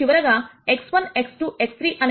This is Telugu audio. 2 0